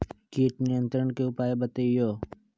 किट नियंत्रण के उपाय बतइयो?